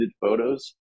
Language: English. photos